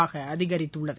ஆக அதிகரித்துள்ளது